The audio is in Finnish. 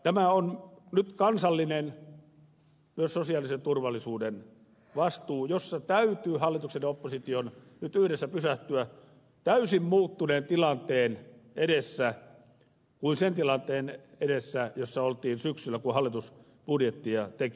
tämä on nyt myös kansallinen sosiaalisen turvallisuuden vastuu jossa täytyy hallituksen ja opposition yhdessä pysähtyä täysin muuttuneen tilanteen edessä aivan toisen kuin sen tilanteen edessä jossa oltiin syksyllä kun hallitus budjettia teki